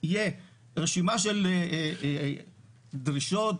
תהיה רשימה של דרישות,